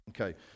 Okay